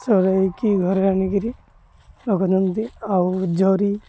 ଚରେଇକି ଘରେ ଆଣିକିରି ରଖନ୍ତି ଆଉ ଜରି